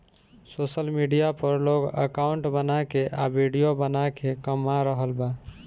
social media पर लोग account बना के आ विडिओ बना के कमा रहल बा